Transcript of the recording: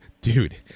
Dude